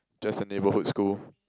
just a neighbourhood school